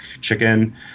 chicken